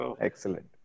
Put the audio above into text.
Excellent